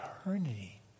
eternity